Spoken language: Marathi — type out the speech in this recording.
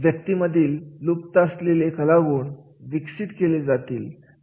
व्यक्तीमधील लुप्त असलेले कलागुण विकसित केले जातील